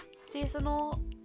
seasonal